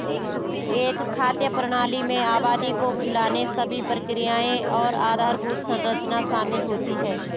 एक खाद्य प्रणाली में आबादी को खिलाने सभी प्रक्रियाएं और आधारभूत संरचना शामिल होती है